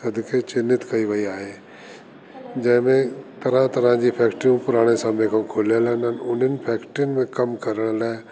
सदके चिनित कई वई आहे जंहिंमें तरह तरह जी फैक्ट्रियूं पुराणे समय खो खुलियल आइन अऊं उन्हनि फैक्ट्रियुनि में कमु करण लाइ